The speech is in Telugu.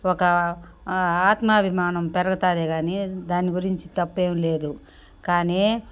ఒక ఆత్మాభిమానంతో పెరుగుతాదే కానీ దాని గురించి తప్పేమీ లేదు కానీ